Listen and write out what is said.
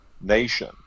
nation